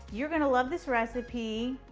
you're going to love this recipe.